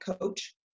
coach